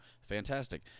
fantastic